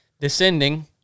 descending